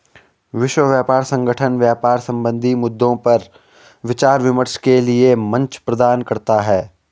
विश्व व्यापार संगठन व्यापार संबंधी मद्दों पर विचार विमर्श के लिये मंच प्रदान करता है